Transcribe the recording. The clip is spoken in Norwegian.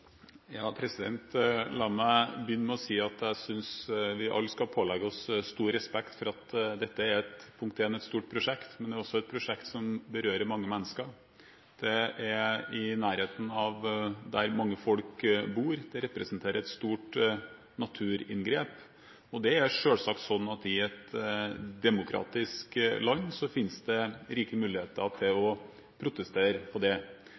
La meg begynne med å si at jeg synes vi alle skal pålegge oss stor respekt for at dette er – punkt 1 – et stort prosjekt, men det er også et prosjekt som berører mange mennesker. Det er i nærheten av der mange folk bor. Det representerer et stort naturinngrep. Og det er selvsagt sånn at i et demokratisk land finnes det rike muligheter for å protestere på det.